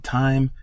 time